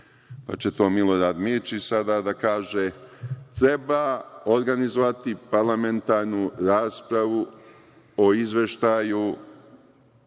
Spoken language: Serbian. pa će to Milorad Mirčić sada da kaže. Treba organizovati parlamentarnu raspravu o izveštaju